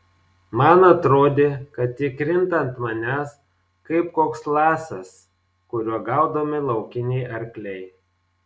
man atrodė kad ji krinta ant manęs kaip koks lasas kuriuo gaudomi laukiniai arkliai